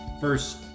first